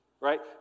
right